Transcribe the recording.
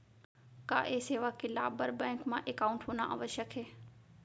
का ये सेवा के लाभ बर बैंक मा एकाउंट होना आवश्यक हे